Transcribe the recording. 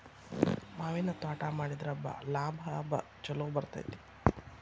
ಮಾವಿನ ತ್ವಾಟಾ ಮಾಡಿದ್ರ ಲಾಭಾ ಛಲೋ ಬರ್ತೈತಿ